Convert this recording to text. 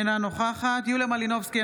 אינה נוכחת יוליה מלינובסקי,